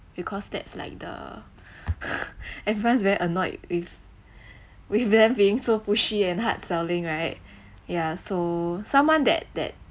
because that's like the everyone's very annoyed with with them being so pushy and hard selling right yeah so someone that that